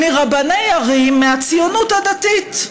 מרבני ערים מהציונות הדתית.